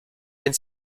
and